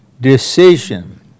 decision